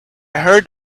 heard